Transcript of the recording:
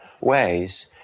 ways